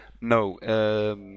No